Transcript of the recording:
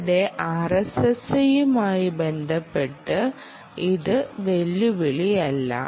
ഇവിടെ ആർഎസ്എസ്ഐയുമായി ബന്ധപ്പെട്ട് ഇത് വെല്ലുവിളിയല്ല